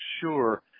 sure